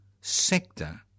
sector